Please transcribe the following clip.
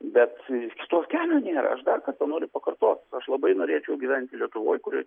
bet kito kelio nėra aš dar kartą noriu pakartot aš labai norėčiau gyventi lietuvoj kurios